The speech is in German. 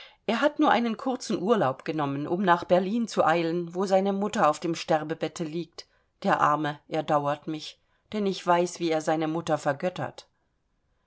er hat nur einen kurzen urlaub genommen um nach berlin zu eilen wo seine mutter auf dem sterbebette liegt der arme er dauert mich denn ich weiß wie er seine mutter vergöttert